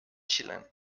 chillen